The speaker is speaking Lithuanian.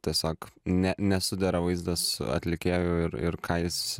tiesiog ne nesudera vaizdas atlikėjo ir ir ką jis